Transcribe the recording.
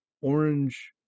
orange